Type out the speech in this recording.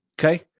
Okay